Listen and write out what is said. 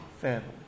family